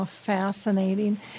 fascinating